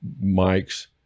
Mike's